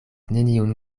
neniun